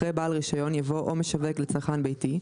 אחרי "בעל רישיון" יבוא "או משווק לצרכן ביתי",